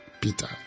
Peter